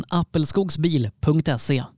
appelskogsbil.se